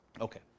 Okay